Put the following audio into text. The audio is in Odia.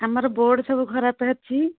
ଆମର ବୋର୍ଡ୍ ସବୁ ଖରାପ ଅଛି